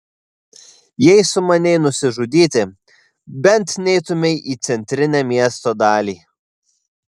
jei sumanei nusižudyti bent neitumei į centrinę miesto dalį